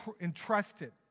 entrusted